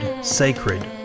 sacred